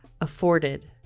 afforded